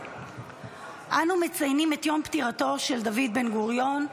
אנו מציינים את יום פטירתו של דוד בן-גוריון,